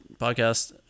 podcast